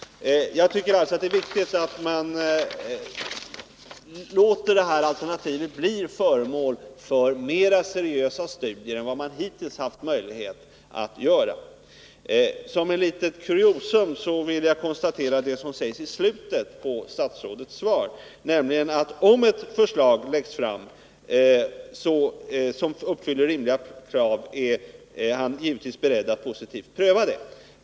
Det är viktigt att man låter detta alternativ bli föremål för mer seriösa studier än man hittills haft möjlighet att göra. Såsom ett litet kuriosum vill jag konstatera det som sägs i slutet av statsrådets svar, nämligen att om ett förslag läggs fram som uppfyller rimliga krav är han givetvis beredd att positivt pröva detta.